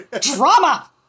Drama